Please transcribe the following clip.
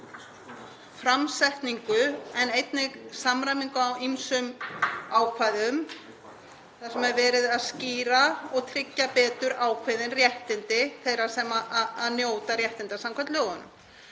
framsetningu en einnig samræmingu á ýmsum ákvæðum þar sem er verið að skýra og tryggja betur ákveðin réttindi þeirra sem að njóta réttinda samkvæmt lögunum.